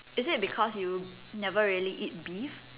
is it because you never really eat beef